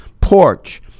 porch